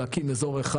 להקים אזור אחד,